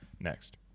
next